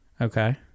Okay